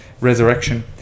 resurrection